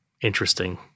interesting